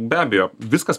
be abejo viskas